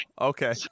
okay